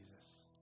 Jesus